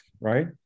right